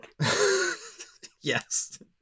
Yes